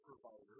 provider